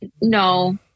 no